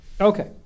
okay